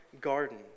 garden